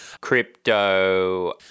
Crypto